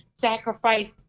sacrifice